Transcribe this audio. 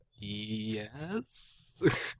Yes